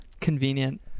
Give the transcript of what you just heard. Convenient